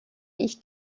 ich